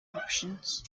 options